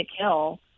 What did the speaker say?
kill